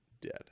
dead